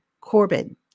Corbin